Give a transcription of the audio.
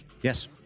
Yes